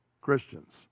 Christians